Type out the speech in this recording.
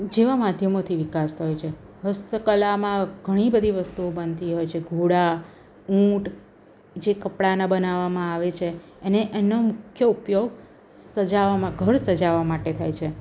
જેવાં માધ્યમોથી વિકાસ થયો છે હસ્તકલામાં ઘણી બધી વસ્તુઓ બનતી હોય છે ઘોડા ઊંટ જે કપડાનાં બનાવવામાં આવે છે અને એનો મુખ્ય ઉપયોગ સજાવવામાં ઘર સજાવવા માટે થાય છે